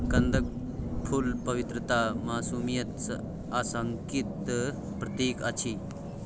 कंदक फुल पवित्रता, मासूमियत आ शांतिक प्रतीक अछि